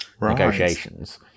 negotiations